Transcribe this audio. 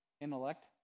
intellect